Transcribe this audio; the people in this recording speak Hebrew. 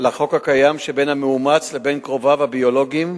לחוק הקיים, שבין המאומץ לבין קרוביו הביולוגיים,